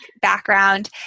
background